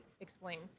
explains